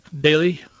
daily